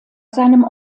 seinem